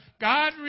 God